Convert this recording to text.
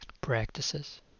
practices